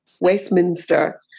Westminster